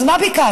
אז מה ביקשנו,